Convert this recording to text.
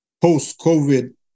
post-COVID